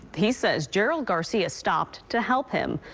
he says gerald garcia stopped to help him.